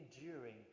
enduring